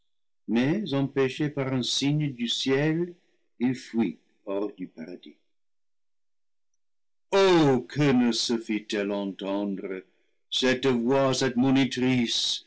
mais empêché par un signe du ciel il fuit hors du paradis oh que ne se fit-elle entendre cette voix admonitrice